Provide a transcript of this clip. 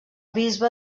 bisbe